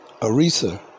Arisa